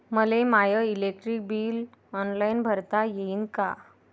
मले my electric bill online भरता येईन का?